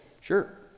sure